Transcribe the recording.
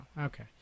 okay